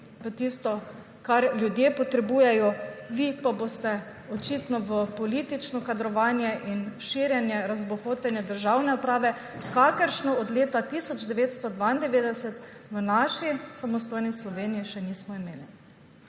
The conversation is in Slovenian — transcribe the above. v tisto, kar ljudje potrebujejo, vi pa boste očitno v politično kadrovanje in širjenje razbohotenja državne uprave, kakršne od leta 1992 v naši samostojni Sloveniji še nismo imeli.